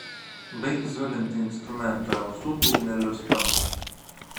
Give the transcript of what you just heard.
baik zulinti instrumentą ausų būgnelius pramuši